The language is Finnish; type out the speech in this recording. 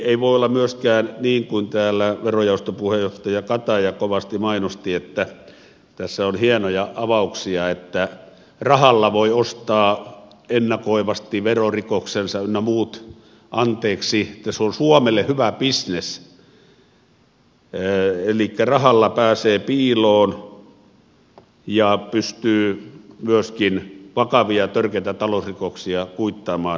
ei voi olla myöskään niin kuin täällä verojaoston puheenjohtaja kataja kovasti mainosti että tässä on hienoja avauksia että rahalla voi ostaa ennakoivasti verorikoksensa ynnä muut anteeksi että se on suomelle hyvä bisnes elikkä että rahalla pääsee piiloon ja pystyy myöskin vakavia törkeitä talousrikoksia kuittaamaan